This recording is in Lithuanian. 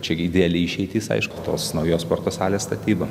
čia ideali išeitis aišku tos naujos sporto salės statyba